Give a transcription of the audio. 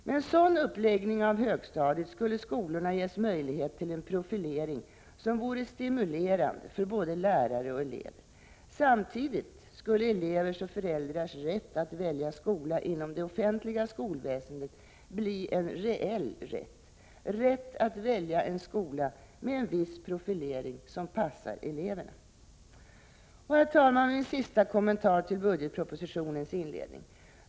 Med en sådan uppläggning av högstadiet skulle skolorna ges möjlighet till en profilering som vore stimulerande för både lärare och elever. Samtidigt skulle elevers och föräldrars rätt att välja skola inom det offentliga skolväsendet bli en reell rätt — en rätt att välja en skola med en viss profilering, som passar eleverna. Herr talman! Min sista kommentar till budgetpropositionens inledning.